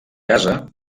casa